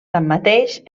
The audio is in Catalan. tanmateix